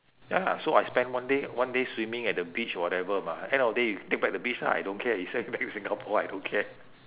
ya lah so I spend one day one day swimming at the beach whatever mah end of the day you take back the beach lah I don't care you send me back to singapore I don't care